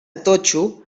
totxo